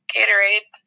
Gatorade